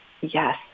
Yes